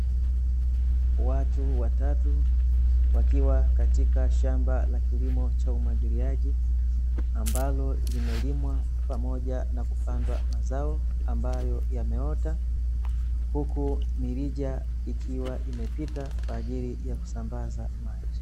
Watu watatu wakiwa katika shamba la kilimo cha umwagiliaji, ambalo limelimwa pamoja na kupandwa mazao ambayo yameota, huku mirija ikiwa imepita kwaajili ya kusambaza maji.